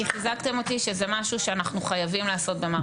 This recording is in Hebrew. כי חיזקתם אותי שזה משהו שאנחנו חייבים לעשות במערכת.